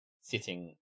sitting